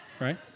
Right